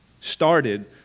started